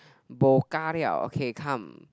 bao ka liao okay come